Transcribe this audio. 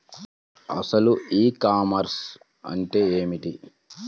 అసలు ఈ కామర్స్ అంటే ఏమిటి?